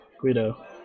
Guido